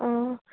ఆ